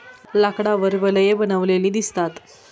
लाकडावर वलये बनलेली दिसतात